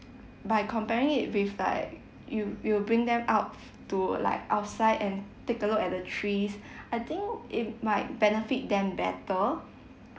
by comparing it with like you you bring them out to like outside and take a look the trees I think it might benefit them better